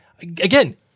again